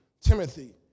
Timothy